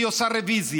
והיא עושה רוויזיה.